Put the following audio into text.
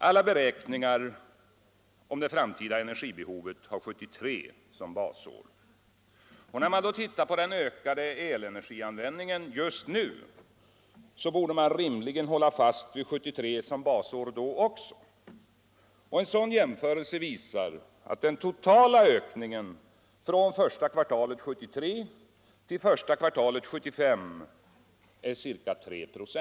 Alla beräkningar om det framtida energibehovet har 1973 som basår. När man därför ser på den ökade elenergianvändningen just nu, tycker jag att man då också rimligen borde hålla fast vid 1973 som basår. En sådan jämförelse visar att den totala ökningen från första kvartalet 1973 till första kvartalet 1975 är ca 3 96 per år.